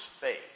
faith